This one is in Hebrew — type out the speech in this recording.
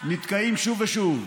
נתקעים שוב ושוב.